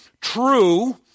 true